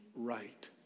right